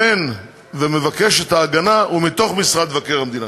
הטוען ומבקש ההגנה הוא מתוך משרד מבקר המדינה?